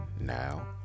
now